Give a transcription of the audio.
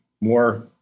more